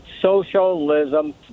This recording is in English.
Socialism